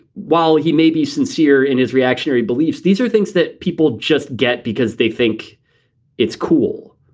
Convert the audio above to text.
while he may be sincere in his reactionary beliefs, these are things that people just get because they think it's cool.